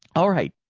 all right.